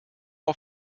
auf